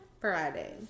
Friday